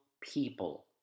people